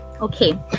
okay